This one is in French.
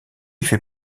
fait